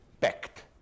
pact